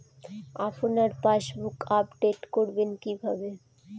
আপনার passbook update করবেন কিভাবে?